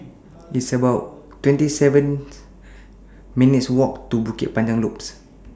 It's about twenty seven minutes' Walk to Bukit Panjang Loop